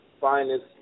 Finest